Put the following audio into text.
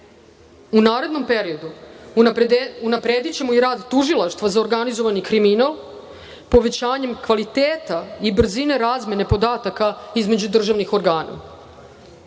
narednom periodu unapredićemo i rad Tužilaštva za organizovani kriminal, povećanjem kvaliteta i brzine razmene podataka između državnih organa.